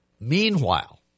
meanwhile